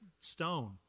stone